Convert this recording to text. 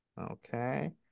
okay